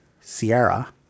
Sierra